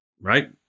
right